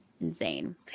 insane